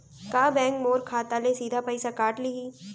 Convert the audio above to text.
का बैंक मोर खाता ले सीधा पइसा काट लिही?